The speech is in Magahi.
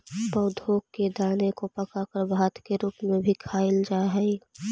पौधों के दाने को पकाकर भात के रूप में भी खाईल जा हई